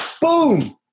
Boom